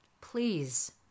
Please